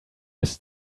miss